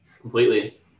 Completely